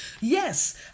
yes